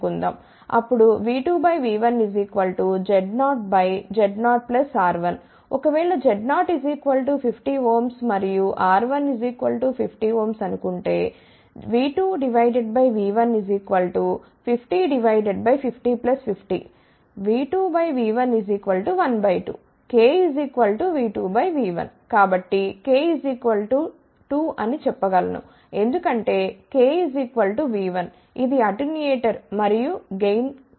అప్పుడు V2V1Z0Z0R1 ఒకవేళ Z0 50 Ω మరియు R1 50 అనుకుంటే V2V15050 50 V2V112 k V2V1 కాబట్టి k 2 అని చెప్పగలను ఎందుకంటే k V1 ఇది అటెన్యూయేటర్ మరియు గెయిన్కాదు